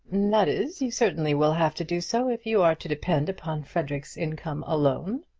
that is, you certainly will have to do so if you are to depend upon frederic's income alone.